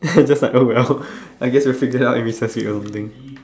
then I just like oh well I guess we'll figure out in recess week or something